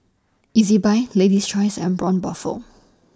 Ezbuy Lady's Choice and Braun Buffel